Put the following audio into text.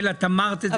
את אמרת את זה קודם.